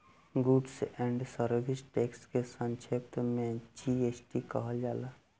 goods and service tax के संक्षेप में जी.एस.टी कहल जाला